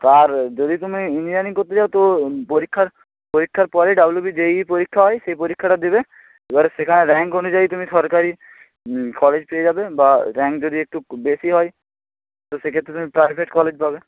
আর যদি তুমি ইঞ্জিনিয়ারিং করতে চাও তো পরীক্ষার পরীক্ষার পরে ডবলু বি জে ই পরীক্ষা হয় সেই পরীক্ষাটা দেবে এবারে সেখানে র্যাঙ্ক অনুযায়ী তুমি সরকারি কলেজ পেয়ে যাবে বা র্যাঙ্ক যদি একটু বেশি হয় তো সেক্ষেত্রে তুমি প্রাইভেট কলেজ পাবে